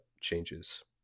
changes